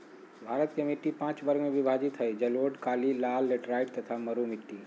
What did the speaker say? भारत के मिट्टी पांच वर्ग में विभाजित हई जलोढ़, काली, लाल, लेटेराइट तथा मरू मिट्टी